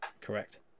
Correct